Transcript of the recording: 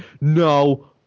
no